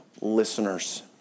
listeners